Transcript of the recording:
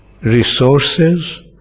resources